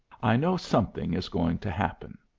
i know something is going to happen.